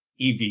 EV